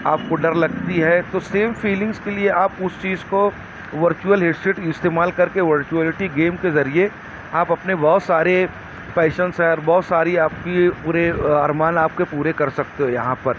آپ کو ڈر لگتی ہے تو سیم فیلنگس کے لیے آپ اس چیز کو ورچوول ہیڈسیٹ استعمال کر کے ورچوولیٹی گیم کے ذریعے آپ اپنے بہت سارے پیشنس ہے بہت ساری آپ کی پورے ارمان آپ کے پورے کر سکتے ہو یہاں پر